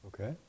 Okay